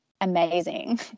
amazing